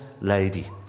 lady